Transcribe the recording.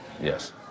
Yes